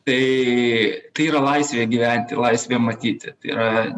tai tai yra laisvė gyventi laisvė matyti tai yra